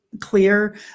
clear